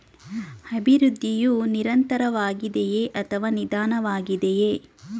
ಅಭಿವೃದ್ಧಿಯು ನಿರಂತರವಾಗಿದೆಯೇ ಅಥವಾ ನಿಧಾನವಾಗಿದೆಯೇ?